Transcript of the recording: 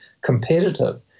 competitive